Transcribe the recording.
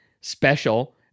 special